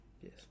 Yes